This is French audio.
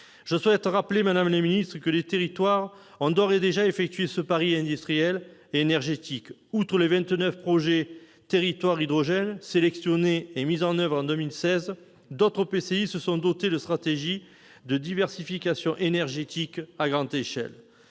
Je souhaite rappeler, madame la secrétaire d'État, que des territoires ont d'ores et déjà effectué ce pari industriel et énergétique. Outre les vingt-neuf projets « territoires hydrogène » sélectionnés et mis en oeuvre en 2016, d'autres EPCI se sont dotés de stratégies de diversification énergétique à grande échelle.